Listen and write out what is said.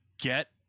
get